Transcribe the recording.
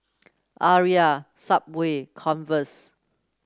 Arai Subway Converse